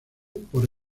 por